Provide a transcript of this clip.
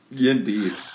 indeed